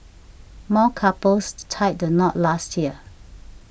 more couples tied the knot last year too